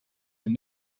they